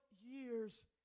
years